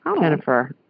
Jennifer